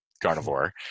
Carnivore